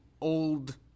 old